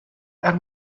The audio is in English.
and